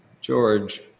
George